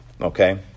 Okay